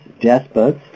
despots